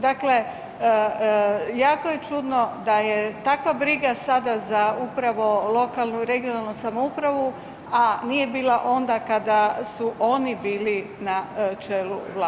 Dakle, jako je čudno da je takva briga sada za upravo lokalnu i regionalnu samoupravu, a nije bila onda kada su oni bili na čelu Vlade.